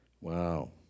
Wow